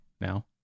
now